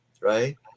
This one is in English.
right